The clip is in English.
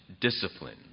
discipline